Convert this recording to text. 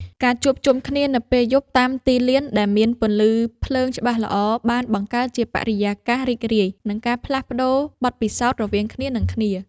ការជួបជុំគ្នានៅពេលយប់តាមទីលានដែលមានពន្លឺភ្លើងច្បាស់ល្អ បានបង្កើតជាបរិយាកាសរីករាយ និងការផ្លាស់ប្តូរបទពិសោធន៍រវាងគ្នានិងគ្នា។